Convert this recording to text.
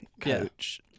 coach